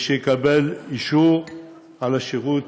שיקבל אישור על השירות